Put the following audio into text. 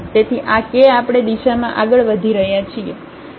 તેથી આ કે આપણે દિશામાં આગળ વધી રહ્યા છીએ